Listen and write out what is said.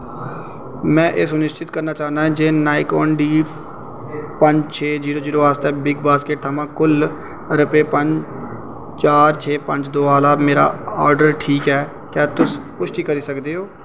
में एह् सुनिश्चत करना चाह्न्नां जे नाईकोन डी पंज छे जीरो जीरो आस्तै बिग बास्केट थमां कुल रपेऽ पंज चार छे पंज दो आह्ला मेरा आर्डर ठीक ऐ क्या तुस पुश्टि करी सकदे ओ